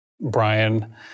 Brian